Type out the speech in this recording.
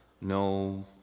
no